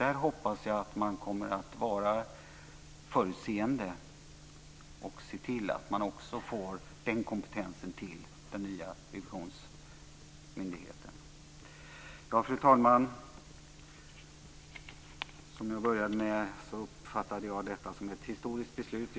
Jag hoppas att man kommer att vara förutseende och se till att man också får den kompetensen till den nya revisionsmyndigheten. Fru talman! Som jag började med att säga uppfattar jag detta som ett historiskt beslut.